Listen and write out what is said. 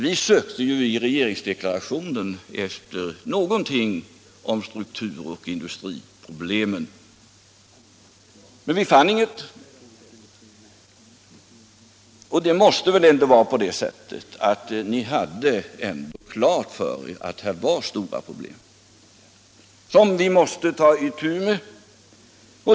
Vi sökte ju i regeringsdeklarationen efter någonting om struktur och industriproblemen, men vi fann ingenting. Det måste väl ändå vara på det sättet att ni hade klart för er att här finns stora problem som ni måste ta itu med.